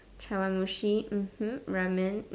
chawanmushi mmhmm Ramen um